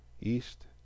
east